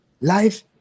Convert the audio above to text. Life